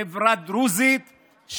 חברה דרוזית,